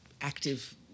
active